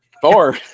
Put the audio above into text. Four